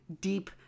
deep